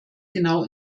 genau